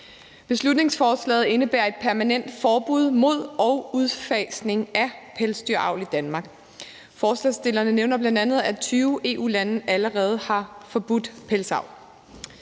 Beslutningsforslaget indebærer et permanent forbud mod og udfasning af pelsdyravl i Danmark. Forslagsstillerne nævner bl.a., at 20 EU-lande allerede har forbudt pelsdyravl.